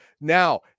Now